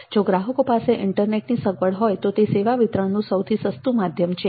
જો ગ્રાહકો પાસે ઇન્ટરનેટની સગવડ હોય તો તે સેવા વિતરણનું સૌથી સસ્તુ માધ્યમ છે